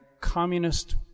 Communist